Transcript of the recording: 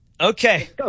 Okay